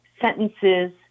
sentences